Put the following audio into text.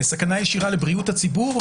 סכנה ישירה לבריאות הציבור,